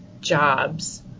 jobs